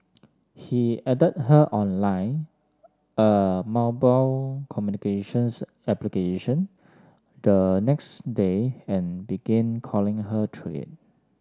he added her on line a mobile communications application the next day and began calling her through it